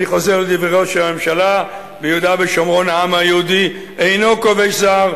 אני חוזר לדברי ראש הממשלה: ביהודה ושומרון העם היהודי אינו כובש זר,